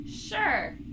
Sure